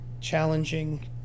challenging